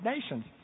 nations